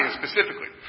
specifically